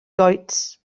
goets